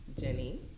Jenny